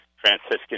Franciscan